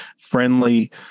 friendly